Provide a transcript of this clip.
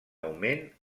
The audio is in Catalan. augment